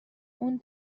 اون